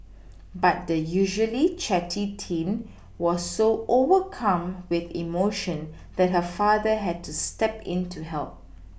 but the usually chatty teen was so overcome with emotion that her father had to step in to help